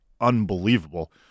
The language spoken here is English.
unbelievable